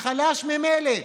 החלש ממילא.